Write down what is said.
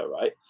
right